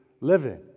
living